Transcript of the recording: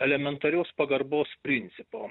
elementarios pagarbos principo